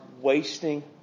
wasting